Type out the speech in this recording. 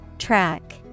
Track